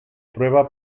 prueba